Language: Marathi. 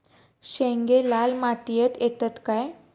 शेंगे लाल मातीयेत येतत काय?